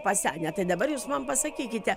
pasenę tai dabar jūs man pasakykite